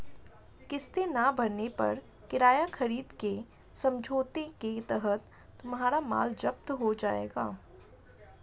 किस्तें ना भरने पर किराया खरीद के समझौते के तहत तुम्हारा माल जप्त हो जाएगा